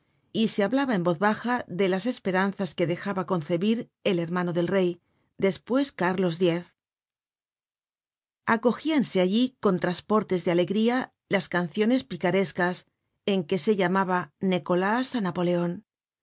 y se hablaba en voz baja de las esperanzas que dejaba concebir el hermano del rey despues cárlos x acogíanse allí con trasportes de alegría las canciones picarescas en que se llamaba necolásh napoleon